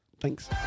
thanks